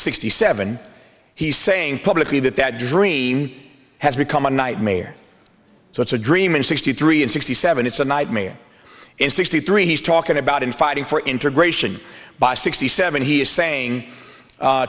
sixty seven he's saying publicly that that dream has become a nightmare so it's a dream in sixty three and sixty seven it's a nightmare in sixty three he's talking about in fighting for integration by sixty seven he is saying